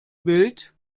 bild